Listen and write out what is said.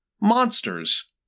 monsters